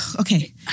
okay